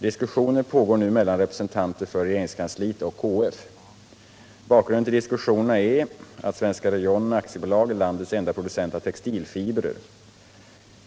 Diskussioner pågår nu mellan representanter för regeringskansliet och KF. Bakgrunden till diskussionerna är att Svenska Rayon AB är landets enda producent av textilfibrer.